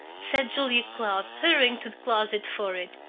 said julia cloud, hurrying to the closet for it.